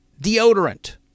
Deodorant